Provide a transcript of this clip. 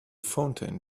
fountain